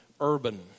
urban